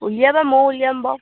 উলিয়াবি ময়োও উলিয়াম বাৰু